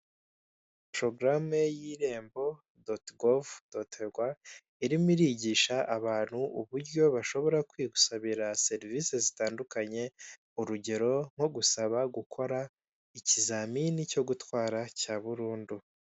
Inzu icuruza imyenda n'inkweto yaba ibyo kujyana mu myitozo ngororamubiri ndetse n'ibyo gusohokana ndetse n'ibikapu bitandukanye buri kintu bitewe n'uko kigiye kingana harimo ingano zitandukanye.